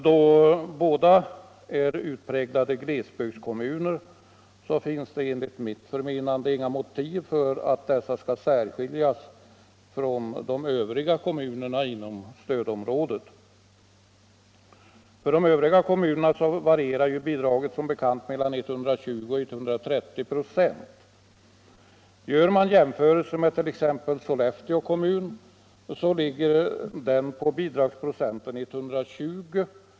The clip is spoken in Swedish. Då båda är utpräglade glesbygdskommuner finns det enligt mitt förmenande inga motiv för att dessa skall särskiljas från de övriga kommunerna inom stödområdet. För de övriga kommunerna varierar bidraget som bekant mellan 120 och 130 26. En jämförelse med t.ex. Sollefteå kommun visar att denna ligger på bidragsprocenten 120.